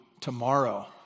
tomorrow